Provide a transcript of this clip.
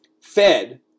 fed